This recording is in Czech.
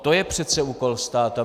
To je přece úkol státu.